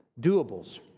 doables